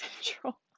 Central